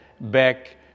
back